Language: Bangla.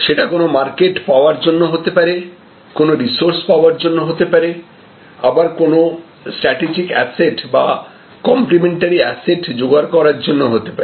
সেটা কোন মার্কেট পাওয়ার জন্য হতে পারে কোন রিসোর্স পাওয়ার জন্য হতে পারে আবার কোন স্ট্র্যাটেজিক অ্যাসেট বা কম্প্লিমেন্টারি অ্যাসেট জোগাড় করার জন্য হতে পারে